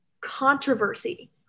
controversy